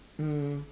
mm